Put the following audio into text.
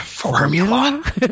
Formula